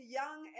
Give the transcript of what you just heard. young